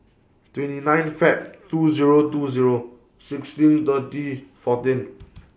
twenty nine Feb two Zero two Zero sixteen thirty fourteen